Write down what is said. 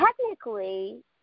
technically